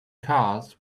cars